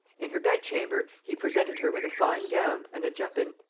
in her bed-chamber, he presented her with a fine gown and a juppin,